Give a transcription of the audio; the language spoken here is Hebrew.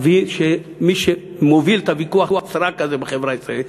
שמי שמוביל את ויכוח הסרק הזה בחברה הישראלית,